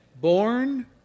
born